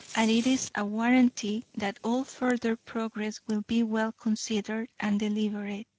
and it is a guarantee that all further progress will be well-considered and deliberate,